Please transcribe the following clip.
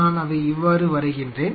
நான் அதை இவ்வாறு வரைகின்றேன்